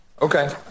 Okay